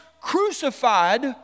crucified